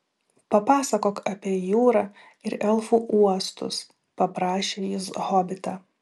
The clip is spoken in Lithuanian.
papasakok apie jūrą ir elfų uostus paprašė jis hobitą